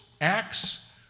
Acts